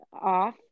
off